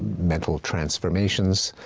mental transformations.